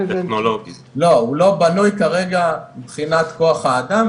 לעולם השריפות אנחנו כן מקדמים מערכות בזמן אמת,